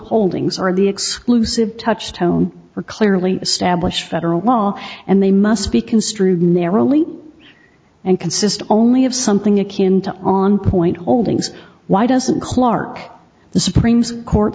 holdings are in the exclusive touch tone are clearly established federal law and they must be construed narrowly and consist only of something akin to on point old ings why doesn't clark the supreme court